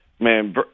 Man